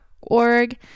org